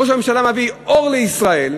ראש הממשלה מביא אור לישראל.